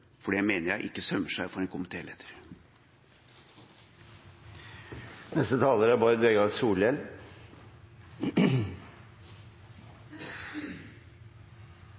for det mener jeg ikke sømmer seg for en komitéleder. Tru det eller ei – det er